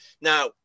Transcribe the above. Now